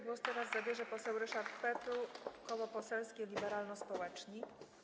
Głos teraz zabierze poseł Ryszard Petru, Koło Poselskie Liberalno-Społeczni.